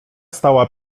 stała